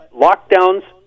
Lockdowns